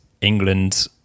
england